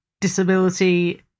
disability